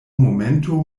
momento